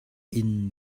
inn